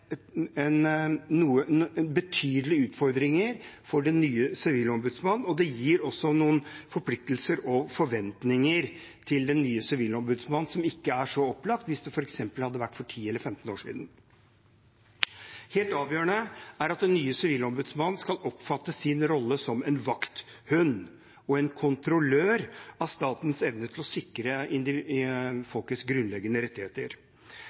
betydelige utfordringer for den nye sivilombudsmannen. Det gir også noen forpliktelser og forventninger til den nye sivilombudsmannen som ikke hadde vært så opplagt hvis det f.eks. hadde vært for ti eller femten år siden. Helt avgjørende er det at den nye sivilombudsmannen oppfatter sin rolle som vakthund og kontrollør av statens evne til å sikre folkets grunnleggende rettigheter.